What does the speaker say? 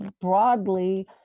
broadly